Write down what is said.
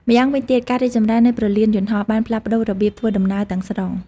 ម្យ៉ាងវិញទៀត ការរីកចម្រើននៃព្រលានយន្តហោះ បានផ្លាស់ប្តូររបៀបធ្វើដំណើរទាំងស្រុង។